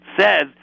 says